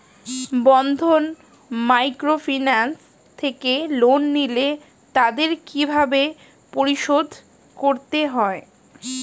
বন্ধন microfinance থেকে loan নিলে তাদের কিভাবে পরিশোধ করতে হয়?